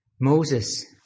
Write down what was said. Moses